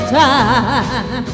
time